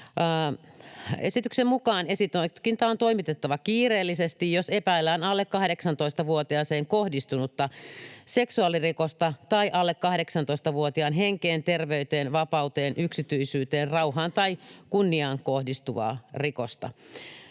Esityksen mukaan esitutkinta on toimitettava kiireellisesti, jos epäillään alle 18-vuotiaaseen kohdistunutta seksuaalirikosta tai alle 18-vuotiaan henkeen, terveyteen, vapauteen, yksityisyyteen, rauhaan tai kunniaan kohdistunutta rikosta.